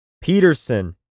Peterson